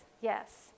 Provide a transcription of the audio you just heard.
yes